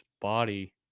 body